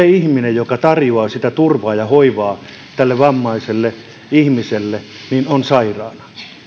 ihminen joka tarjoaa turvaa ja hoivaa tälle vammaiselle ihmiselle on sairaana